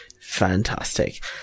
Fantastic